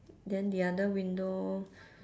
then the other window